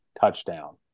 touchdown